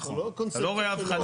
אתה לא רואה הבחנה?